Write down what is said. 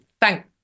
thank